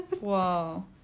Wow